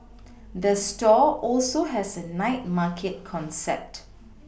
the store also has a night market concept